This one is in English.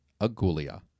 Agulia